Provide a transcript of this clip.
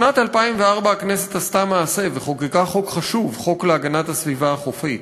בשנת 2004 הכנסת עשתה מעשה וחוקקה חוק חשוב: חוק להגנת הסביבה החופית.